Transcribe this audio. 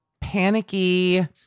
panicky